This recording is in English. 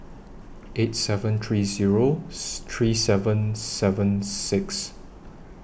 eight seven three Zero three seven seven six